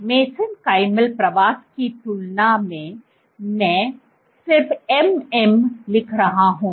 तो मेसेंकाईमल प्रवास की तुलना में मैं सिर्फ MM लिख रहा हूं